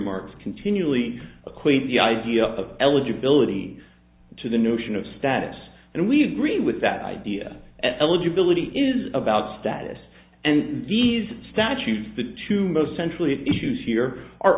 remarks continually acquaint the idea of eligibility to the notion of status and we agree with that idea eligibility is about status and these statutes the two most centrally issues here are